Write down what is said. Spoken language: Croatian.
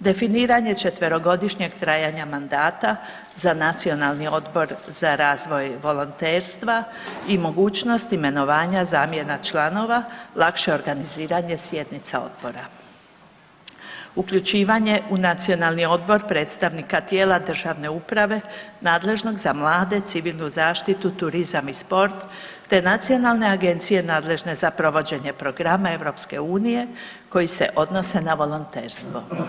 definiranje 4-godišnjeg trajanja mandata za Nacionalni odbor za razvoj volonterstva i mogućnost imenovanja zamjena članova, lakše organiziranje sjednica odbora, uključivanje u Nacionalni odbor predstavnika tijela državne uprave nadležnog za mlade, civilnu zaštitu, turizam i sport, te Nacionalne agencije nadležne za provođenje programa EU koji se odnose na volonterstvo.